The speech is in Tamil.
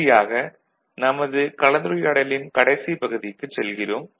இறதியாக நமது கலந்துரையாடலின் கடைசி பகுதிக்குச் செல்கிறோம்